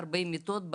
40 מיטות,